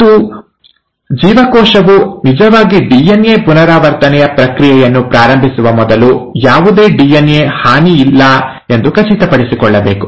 ಮತ್ತು ಜೀವಕೋಶವು ನಿಜವಾಗಿ ಡಿಎನ್ಎ ಪುನರಾವರ್ತನೆಯ ಪ್ರಕ್ರಿಯೆಯನ್ನು ಪ್ರಾರಂಭಿಸುವ ಮೊದಲು ಯಾವುದೇ ಡಿಎನ್ಎ ಹಾನಿ ಇಲ್ಲ ಎಂದು ಖಚಿತಪಡಿಸಿಕೊಳ್ಳಬೇಕು